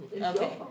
Okay